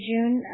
June